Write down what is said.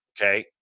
okay